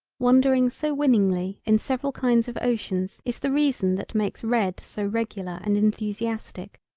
wondering so winningly in several kinds of oceans is the reason that makes red so regular and enthusiastic.